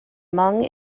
hmong